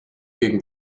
gegen